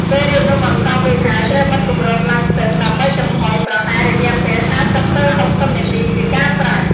ពេលរៀបនំអន្សមរួចហើយត្រូវបិទគម្របឡាំងសុឹងដើម្បីចំហ៊ុយ ប្រហែលរយៈពេល ៥០ ទៅ ៦០នាទីជាការស្រេច។